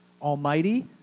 Almighty